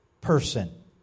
person